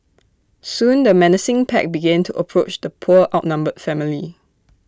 soon the menacing pack began to approach the poor outnumbered family